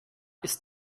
ist